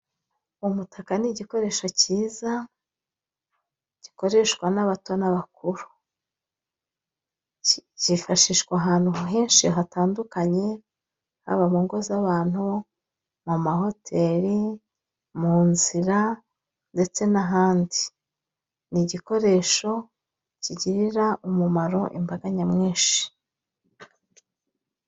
Umutaka ni igikoresho cyiza, gikoreshwa n'abato n'abakuru, cyifashishwa ahantu henshi hatandukanye, haba mu ngo z'abantu, mu mahoteli, mu nzira ndetse n'ahandi, ni igikoresho kigirira umumaro imbaga nyamwinshi.